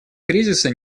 кризиса